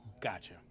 gotcha